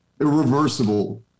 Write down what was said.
irreversible